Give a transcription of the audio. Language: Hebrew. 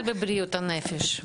בבריאות הנפש בכלל.